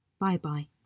Bye-bye